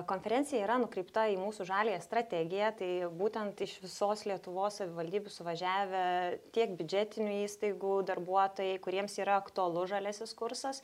konferencija yra nukreipta į mūsų žaliąją strategiją tai būtent iš visos lietuvos savivaldybių suvažiavę tiek biudžetinių įstaigų darbuotojai kuriems yra aktualus žaliasis kursas